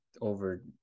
over